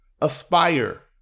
aspire